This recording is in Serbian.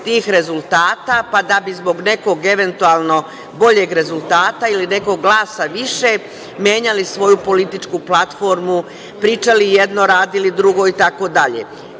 tih rezultata pa da bi zbog nekog eventualno boljeg rezultata ili nekog glasa više, menjali svoju političku platformu, pričali jedno, radili drugo itd. Građani